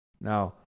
Now